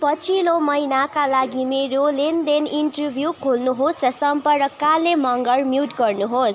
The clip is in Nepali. पछिल्लो महिनाका लागि मेरो लेनदेन इन्टरभ्यू खोल्नुहोस् र सम्पर्क काले मगर म्युट गर्नुहोस्